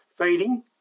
feeding